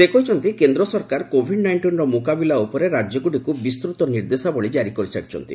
ସେ କହିଛନ୍ତି କେନ୍ଦ୍ର ସରକାର କୋଭିଡ୍ ନାଇଷ୍ଟିନ୍ର ମୁକାବିଲା ଉପରେ ରାଜ୍ୟଗୁଡ଼ିକୁ ବିସ୍ତୃତ ନିର୍ଦ୍ଦେଶାବଳୀ କାରି କରିସାରିଛନ୍ତି